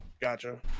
Gotcha